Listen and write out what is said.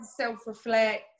self-reflect